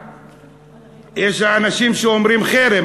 יש אנשים שאומרים "חרם",